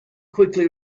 quickly